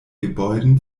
gebäuden